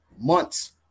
months